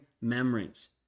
memories